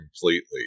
completely